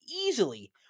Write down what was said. Easily